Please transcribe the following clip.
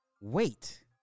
wait